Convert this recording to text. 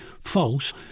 false